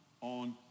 on